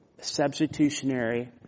substitutionary